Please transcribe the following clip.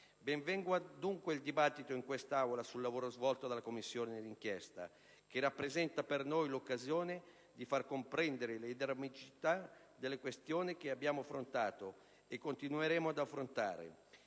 Ben venga, dunque, il dibattito in quest'Aula sul lavoro svolto dalla Commissione d'inchiesta, che rappresenta per noi l'occasione per far comprendere la drammaticità delle questioni che abbiamo affrontato, e che continueremo ad affrontare,